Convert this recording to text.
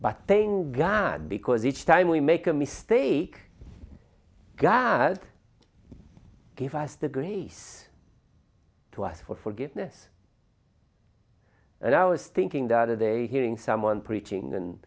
paying god because each time we make a mistake god gave us the grace to ask for forgiveness and i was thinking that a day hearing someone preaching and